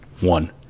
one